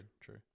true